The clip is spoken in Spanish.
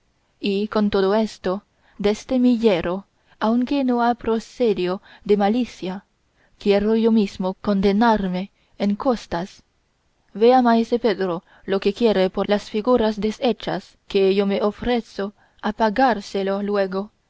y con todo esto deste mi yerro aunque no ha procedido de malicia quiero yo mismo condenarme en costas vea maese pedro lo que quiere por las figuras deshechas que yo me ofrezco a pagárselo luego